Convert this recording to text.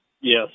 Yes